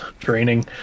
training